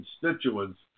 constituents